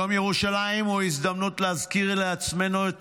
יום ירושלים הוא הזדמנות להזכיר לעצמנו את